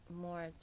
more